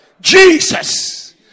Jesus